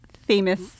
famous